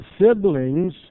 siblings